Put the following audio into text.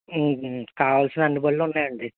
కావాల్సిన అన్ని బళ్ళు ఉన్నాయండి